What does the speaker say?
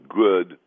good